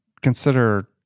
consider